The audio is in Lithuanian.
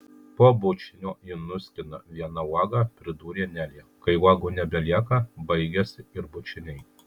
po bučinio ji nuskina vieną uogą pridūrė nelė kai uogų nebelieka baigiasi ir bučiniai